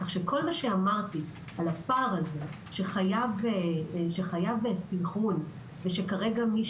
כל מה שאמרתי לגבי הפער הזה שחייב סנכרון ושכרגע מי